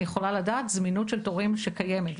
אני יכולה לדעת זמינות של תורים שקיימת,